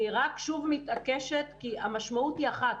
אני רק שוב מתעקשת כי המשמעות היא אחת.